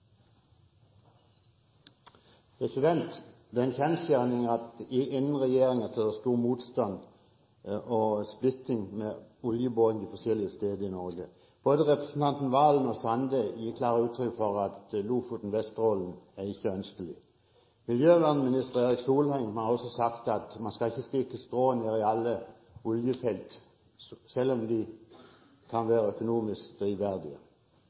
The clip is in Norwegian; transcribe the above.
i regjeringen er stor motstand, og splittelse, når det gjelder oljeboring på forskjellige steder i Norge. Både representanten Serigstad Valen og representanten Sande gir klart uttrykk for at oljeboring i Lofoten og Vesterålen ikke er ønskelig. Miljøvernminister Erik Solheim har også sagt at man ikke skal stikke strå ned i alle oljefelt, selv om de kan være økonomisk